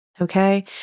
okay